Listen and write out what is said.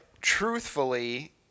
truthfully